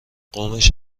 قومش